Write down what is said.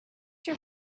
your